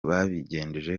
babigenje